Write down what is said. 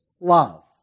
love